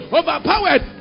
overpowered